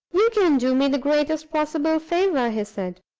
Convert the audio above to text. you can do me the greatest possible favor, he said.